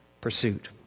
pursuit